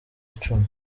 icumi